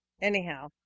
anyhow